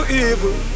evil